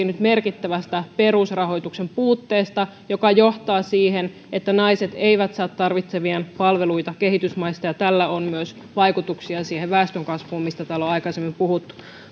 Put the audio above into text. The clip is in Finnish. nyt merkittävästä perusrahoituksen puutteesta joka johtaa siihen että naiset eivät saa tarvitsemiaan palveluita kehitysmaista ja tällä on vaikutuksia myös siihen väestönkasvuun mistä täällä on aikaisemmin puhuttu